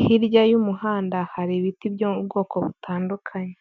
hirya y'umuhanda hari ibiti byo mu bwoko butandukanye.